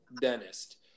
dentist